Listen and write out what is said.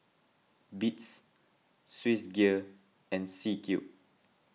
Beats Swissgear and C Cube